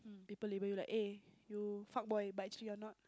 people label you like eh you fuck boy but actually you're not